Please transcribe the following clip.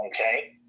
okay